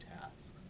tasks